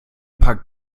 packt